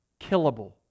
killable